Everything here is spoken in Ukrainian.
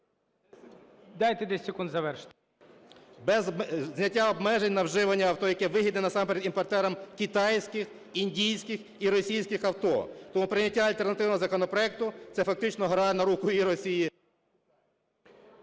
Дайте 10 секунд завершити. БАТЕНКО Т.І. Без зняття обмежень на вживані авто, яке вигідне насамперед імпортерам китайських, індійських і російських авто. Тому прийняття альтернативного законопроекту – це, фактично, грає на руку і Росії…